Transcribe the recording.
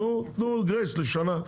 תנו גרייס לשנה.